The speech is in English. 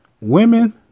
Women